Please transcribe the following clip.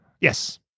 Yes